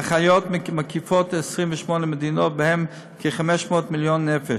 ההנחיות מקיפות 28 מדינות שבהן כ-500 מיליון נפש.